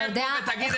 תשב פה ותגיד את האמת.